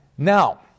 Now